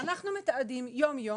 אנחנו מתעדים יום יום,